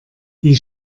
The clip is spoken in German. die